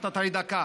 נתת לי דקה,